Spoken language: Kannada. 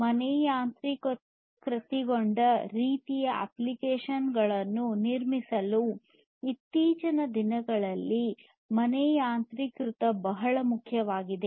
ಮನೆ ಯಾಂತ್ರೀಕೃತಗೊಂಡ ರೀತಿಯ ಅಪ್ಲಿಕೇಶನ್ ಗಳನ್ನು ನಿರ್ಮಿಸಲು ಇತ್ತೀಚಿನ ದಿನಗಳಲ್ಲಿ ಮನೆ ಯಾಂತ್ರೀಕೃತ ಬಹಳ ಮುಖ್ಯವಾಗಿದೆ